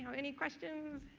um any questions?